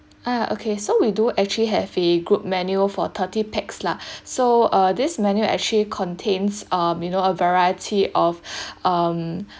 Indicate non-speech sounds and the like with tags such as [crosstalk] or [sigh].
ah okay so we do actually have a group menu for thirty pax lah [breath] so uh this menu actually contains um you know a variety of [breath] um